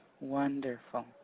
Wonderful